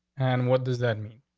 and what does that mean?